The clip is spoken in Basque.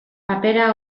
papera